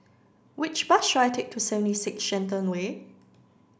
which bus should I take to seventy six Shenton Way